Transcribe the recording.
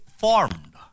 formed